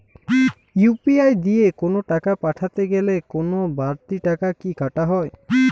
UPI দিয়ে কোন টাকা পাঠাতে গেলে কোন বারতি টাকা কি কাটা হয়?